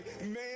man